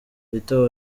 rita